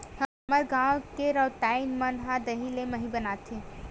हमर गांव के रउतइन मन ह दही ले मही बनाथे